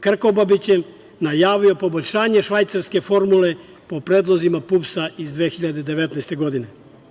Krkobabićem najavio poboljšanje švajcarske formule po predlozima PUPS iz 2019. godine. To